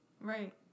Right